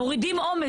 מורידים עומס,